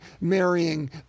marrying